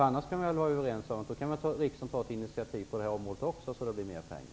Annars kan riksdagen ta initiativ till att det blir mer pengar.